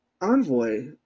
envoy